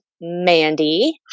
Mandy